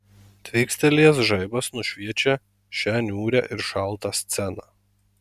tvykstelėjęs žaibas nušviečia šią niūrią ir šaltą sceną